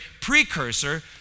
precursor